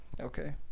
Okay